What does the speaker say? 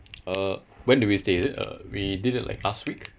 uh when did we stay is it uh we did it like last week